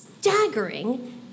Staggering